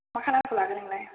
मा खालारखौ लागोन नोंलाय